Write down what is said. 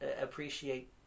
appreciate